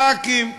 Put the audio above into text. ח"כים,